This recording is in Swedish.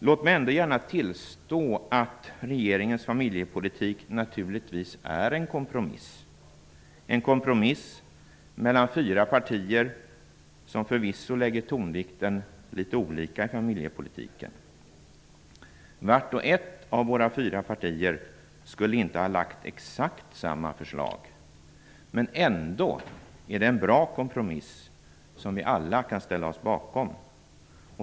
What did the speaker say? Låt mig ändå gärna tillstå att regeringens familjepolitik naturligtvis är en kompromiss mellan fyra partier, som förvisso lägger tonvikten litet olika i familjepolitiken. Vart och ett av våra fyra partier skulle inte har lagt exakt samma förslag, men ändå är det en bra kompromiss, som vi alla kan ställa oss bakom.